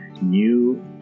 new